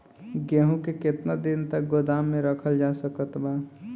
गेहूँ के केतना दिन तक गोदाम मे रखल जा सकत बा?